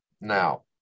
Now